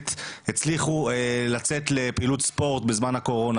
הצליחו לצאת לפעילות ספורט בזמן הקורונה,